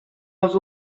els